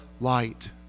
light